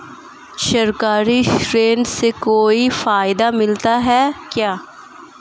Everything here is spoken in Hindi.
सरकारी ऋण से कोई फायदा मिलता है क्या?